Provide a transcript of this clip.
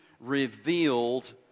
revealed